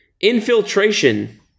Infiltration